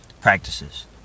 practices